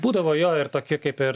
būdavo jo ir tokie kaip ir